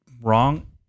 wrong